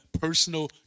personal